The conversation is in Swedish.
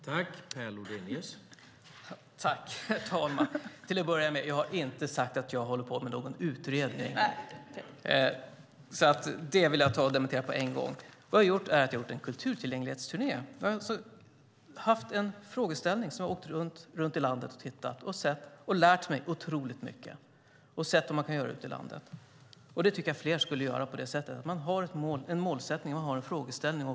Herr talman! Till att börja med ska jag säga att jag inte har sagt att jag håller på med någon utredning. Det vill jag dementera på en gång. Det som jag har gjort är att jag har varit ute på en kulturtillgänglighetsturné. Jag har haft en frågeställning och har åkt runt i landet och tittat och lärt mig otroligt mycket. Jag har sett vad man kan göra ute i landet. Fler borde göra på det sättet, alltså att man åker ut med en frågeställning.